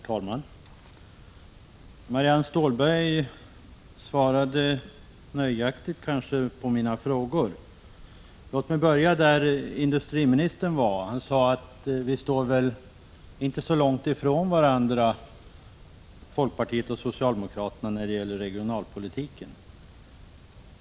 Herr talman! Marianne Stålberg svarade kanske nöjaktigt på mina frågor. Låt mig emellertid till att börja med anknyta till vad industriministern sade. Han sade att vi nog inte står så långt ifrån varandra, folkpartiet och socialdemokraterna, när det gäller regionalpolitiken.